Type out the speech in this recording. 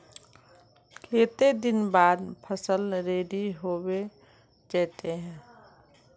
केते दिन बाद फसल रेडी होबे जयते है?